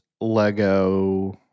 Lego